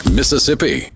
Mississippi